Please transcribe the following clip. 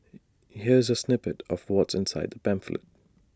here's A snippet of what's inside the pamphlet